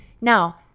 Now